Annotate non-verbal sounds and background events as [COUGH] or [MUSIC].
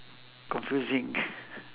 confusing [LAUGHS]